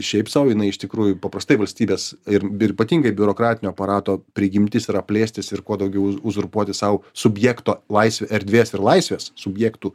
šiaip sau jinai iš tikrųjų paprastai valstybės ir ypatingai biurokratinio aparato prigimtis yra plėstis ir kuo daugiau u uzurpuoti sau subjekto laisvę erdvės ir laisvės subjektų